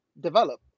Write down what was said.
develop